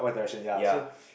ya